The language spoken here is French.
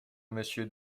monsieur